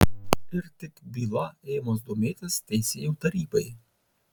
ir tik byla ėmus domėtis teisėjų tarybai